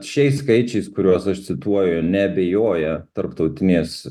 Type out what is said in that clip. šiais skaičiais kuriuos aš cituoju neabejoja tarptautinės